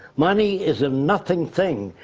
money is a nothing thing.